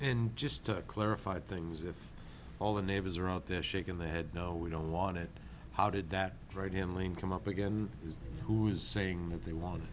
and just to clarify things if all the neighbors are out there shaking their head no we don't want it how did that right hand lane come up again who's saying that they want